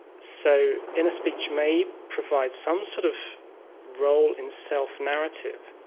so inner speech may provide some sort of role in self-narrative.